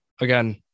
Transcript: again